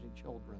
children